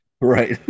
Right